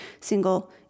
single